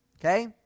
okay